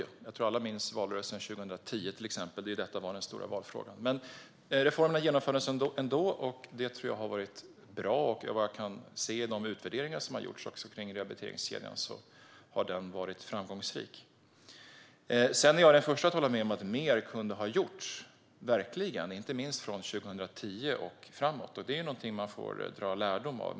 Jag tror att alla minns valrörelsen 2010, till exempel, då detta var den stora valfrågan. Reformerna genomfördes, och det tror jag har varit bra. Jag kan se i de utvärderingar som har gjorts av rehabiliteringskedjan att den har varit framgångsrik. Sedan är jag den första att hålla med om att mer verkligen kunde ha gjorts, inte minst från 2010 och framåt. Detta är någonting man får dra lärdom av.